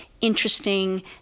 interesting